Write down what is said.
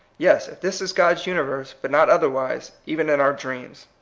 yes, if this is god's universe, but not otherwise, even in our dreams.